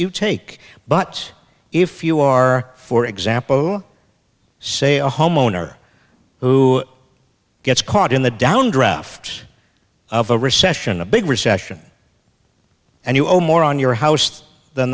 you take but if you are for example say a homeowner who gets caught in the downdraft of a recession a big recession and you owe more on your house than